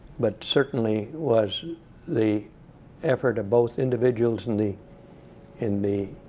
but certainly was the effort of both individuals in the in the